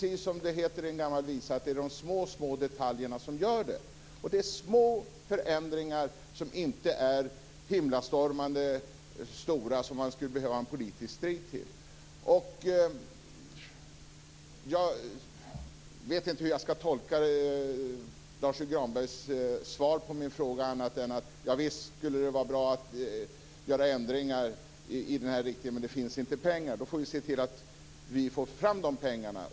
Som det heter i en gammal visa är det de små, små detaljerna som gör det. Det gäller små förändringar som inte är så himlastormande stora att de skulle behöva föranleda en politisk strid. Jag kan inte tolka Lars U Granbergs svar på min fråga annat än så, att det visst skulle vara bra med ändringar i den här riktningen men att det inte finns pengar. Vi får då se till att få fram de pengarna.